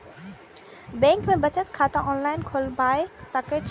Bank में बचत खाता ऑनलाईन खोलबाए सके छी?